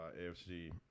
AFC